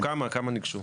נו כמה ניגשו?